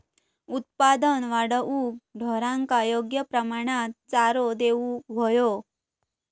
उत्पादन वाढवूक ढोरांका योग्य प्रमाणात चारो देऊक व्हयो